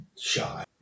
shy